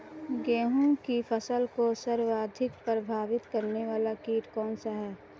गेहूँ की फसल को सर्वाधिक प्रभावित करने वाला कीट कौनसा है?